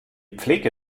pflege